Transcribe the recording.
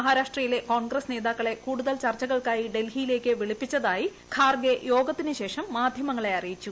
മഹാരാഷ്ട്രയിലെ കോൺഗ്രസ് നേതാക്കളെ കൂടുതൽ ചർച്ചകൾക്കായി ഡൽഹിയിലേക്ക് വിളിപ്പിച്ചതായി ഖാർഗെ യോഗത്തിന് ശേഷം മാധ്യമങ്ങളെ അറിയിച്ചു